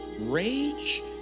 rage